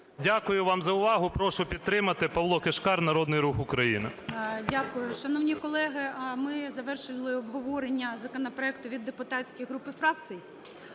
Дякую вам за увагу. Прошу підтримати. Павло Кишкар, Народний Рух України.